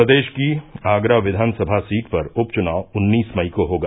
प्रदेश की आगरा विधानसभा सीट पर उप चुनाव उन्नीस मई को होगा